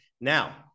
Now